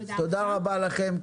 תודה רבה לכן.